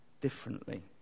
differently